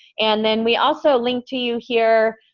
and then, we also link to you here,